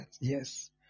yes